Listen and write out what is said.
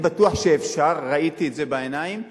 אני בטוח שאפשר, ראיתי את זה בעיניים,